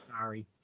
Sorry